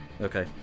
Okay